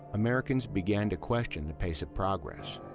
americans began to question the pace of progress.